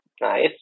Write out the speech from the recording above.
Nice